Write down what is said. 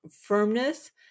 firmness